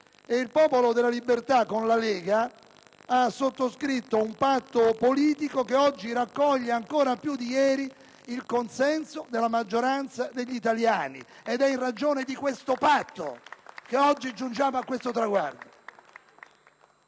il Popolo della Libertà, con la Lega, ha sottoscritto un patto politico che oggi raccoglie ancora più di ieri il consenso della maggioranza degli italiani. *(Applausi dal Gruppo PdL).* Ed è in ragione di tale patto che oggi giungiamo a questo traguardo.